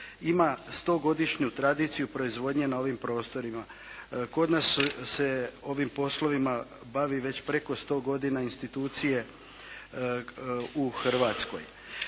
ima 100-godišnju tradiciju proizvodnje na ovim prostorima. Kod nas se ovim poslovima bavi već preko 100 godina institucije u Hrvatskoj.